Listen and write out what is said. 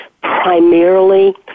primarily